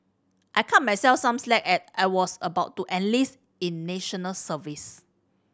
I cut myself some slack as I was about to enlist in National Service